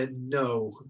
No